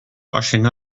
washing